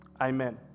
amen